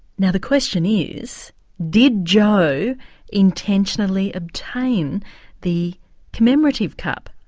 now the question is did joe intentionally obtain the commemorative cup.